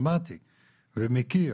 ושמעתי ואני מכיר,